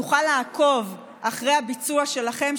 תוכל לעקוב אחרי הביצוע שלכם,